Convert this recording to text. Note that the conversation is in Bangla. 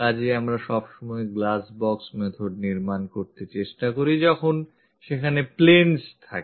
কাজেই আমরা সবসময় glass box method নির্মাণ করতে চেষ্টা করি যখন সেখানে planes থাকে